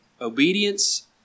obedience